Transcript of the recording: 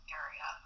area